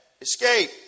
escape